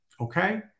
Okay